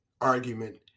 argument